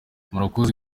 murakoze